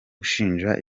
gushinja